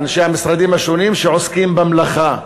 אנשי המשרדים השונים שעוסקים במלאכה.